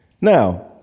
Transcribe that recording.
Now